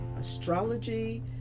astrology